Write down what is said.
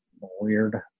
weird